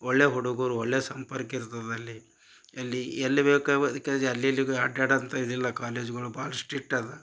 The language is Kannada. ಒಳ್ಳೆಯ ಹುಡುಗುರು ಒಳ್ಳೆಯ ಸಂಪರ್ಕ ಇರ್ತದಲ್ಲಿ ಎಲ್ಲಿ ಎಲ್ಲಿ ಬೇಕು ಅವ ಅದಕ್ಕಾಗಿ ಅಲ್ಲಿ ಇಲ್ಲಿ ಅಡ್ಡಾಡಂತ ಇದಿಲ್ಲ ಕಾಲೇಜ್ಗಳು ಭಾಳ ಸ್ಟ್ರಿಕ್ಟ್ ಅದ